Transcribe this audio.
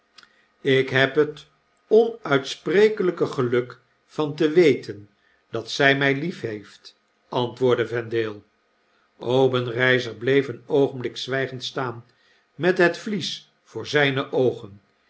ik heb het onuitsprekelgke geluk van te weten dat zg mg liefheeft antwoordde yendale obenreizer bleef een oogenblik zwijgend staan met het vlies voor zgne oogen